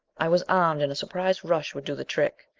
i was armed and a surprise rush would do the trick.